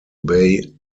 bay